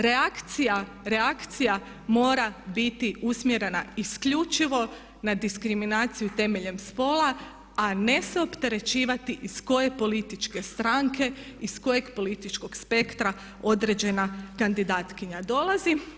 Reakcija mora biti usmjerena isključivo na diskriminaciju temeljem spola, a ne se opterećivati iz koje političke stranke, iz političkog spektra određena kandidatkinja dolazi.